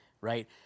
right